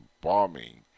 bombing